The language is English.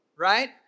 right